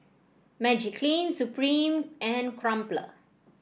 Magiclean Supreme and Crumpler